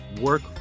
work